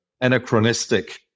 anachronistic